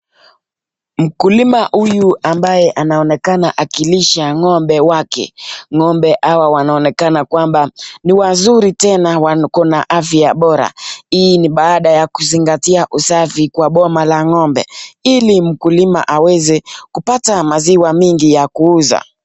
Mkulima huyu ambaye anaonekana akilisha ng'ombe wake. Ng'ombe hawa wanaonekana kwamba ni wazuri tena wakona afya bora. Hii ni baada ya kuzingatia usafi kwa boma la ng'ombe ili mkulima aweze kupata maziwa mingi ya kuuza.